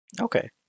Okay